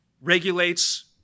regulates